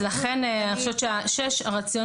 לכן אני חושבת שהרציונל,